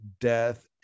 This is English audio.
death